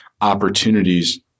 opportunities